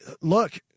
look